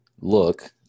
look